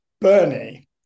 Bernie